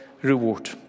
reward